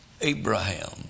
Abraham